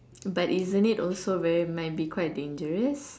but isn't it also very might be quite dangerous